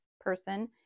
person